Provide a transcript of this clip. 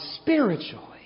spiritually